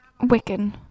Wiccan